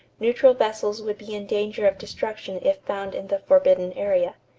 neutral vessels would be in danger of destruction if found in the forbidden area.